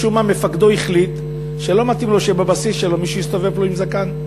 משום מה מפקדו החליט שלא מתאים לו שבבסיס שלו מישהו יסתובב לו עם זקן.